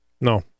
No